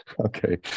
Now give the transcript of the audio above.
Okay